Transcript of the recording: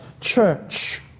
church